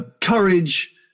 courage